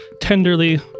tenderly